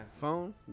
phone